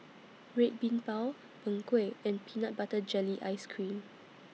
Red Bean Bao Png Kueh and Peanut Butter Jelly Ice Cream